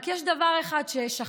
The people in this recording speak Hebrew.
רק יש דבר אחד ששכחו: